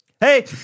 Hey